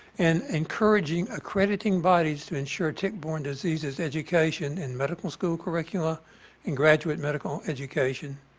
and encouraging accrediting bodies to ensure tick-borne diseases education and medical school curricula and graduate medical education